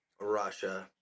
russia